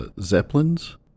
Zeppelins